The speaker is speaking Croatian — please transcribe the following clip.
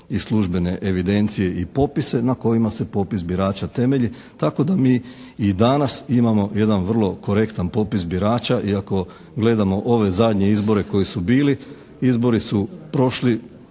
i službene evidencije i popise na kojima se popis birača temelji. Tako da mi i danas imamo jedan vrlo korektan popis birača. I ako gledamo ove zadnje izbore koji su bili izbori su prošli,